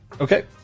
Okay